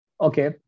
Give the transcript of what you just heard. Okay